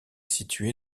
située